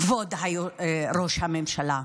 כבוד ראש הממשלה?